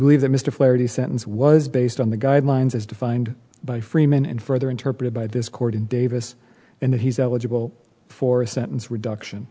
believe that mr flaherty sentence was based on the guidelines as defined by freeman and further interpreted by this court in davis in that he's eligible for a sentence reduction